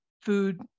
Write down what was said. food